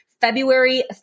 February